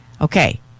Okay